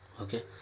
Okay